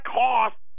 cost